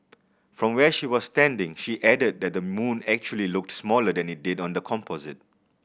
from where she was standing she added that the moon actually looked smaller than it did on the composite